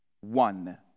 one